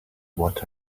what